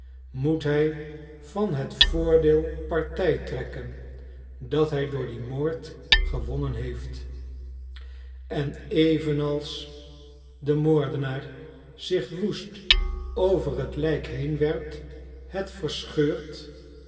moet hij van het voordeel partij trekken dat hij door dien moord gewonnen heeft en evenals de moordenaar zich woest over het lijk heen werpt het verscheurt